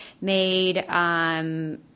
made